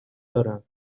دارم